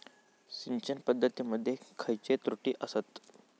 सिंचन पद्धती मध्ये खयचे त्रुटी आसत?